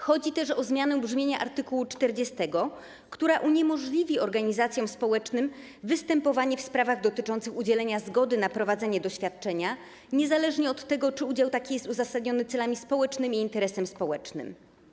Chodzi też o zmianę brzmienia art. 40, która uniemożliwi organizacjom społecznym występowanie w sprawach dotyczących udzielenia zgody na prowadzenie doświadczenia niezależnie od tego, czy udział taki jest uzasadniony celami społecznymi i interesem społecznym.